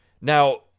Now